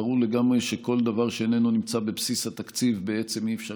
ברור לגמרי שכל דבר שאיננו נמצא בבסיס התקציב בעצם אי-אפשר